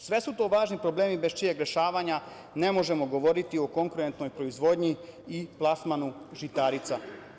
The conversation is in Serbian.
Sve su to važni problemi bez čijeg rešavanja ne možemo govoriti o konkurentnoj proizvodnji i plasmanu žitarica.